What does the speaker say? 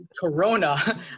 corona